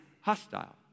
hostile